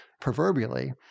proverbially